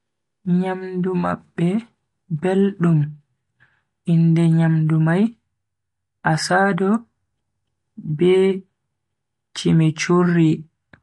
Nyamdu mabbe beldum, inde nyamdu mai asado be chimichurri.